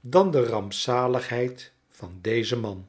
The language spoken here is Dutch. dan de rampzaligheid van dezen man